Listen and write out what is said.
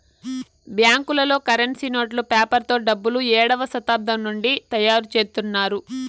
బ్యాంకులలో కరెన్సీ నోట్లు పేపర్ తో డబ్బులు ఏడవ శతాబ్దం నుండి తయారుచేత్తున్నారు